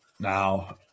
Now